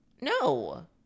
No